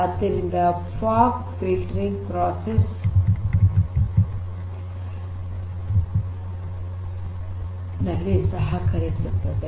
ಆದ್ದರಿಂದ fog filtering process ನಲ್ಲಿ ಸಹಕರಿಸುತ್ತದೆ